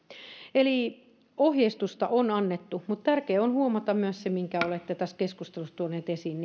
eli ohjeistusta on annettu mutta tärkeää on huomata myös se minkä olette tässä keskustelussa tuoneet esiin